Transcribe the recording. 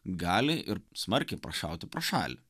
gali ir smarkiai prašauti pro šalį